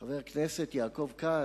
חבר הכנסת יעקב כץ,